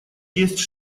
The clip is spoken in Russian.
есть